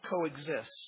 Coexist